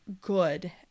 good